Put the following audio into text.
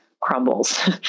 crumbles